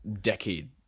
decade